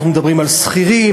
אנחנו מדברים על שכירים,